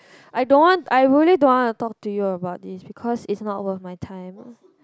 I don't want I really don't want to talk to you about this because is not worth my time